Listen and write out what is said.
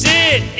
Sit